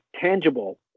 tangible